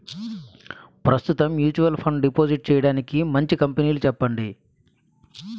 ప్రస్తుతం mutual fund deposit చేయడానికి మంచి కంపెనీలు చెప్పండి